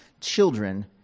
children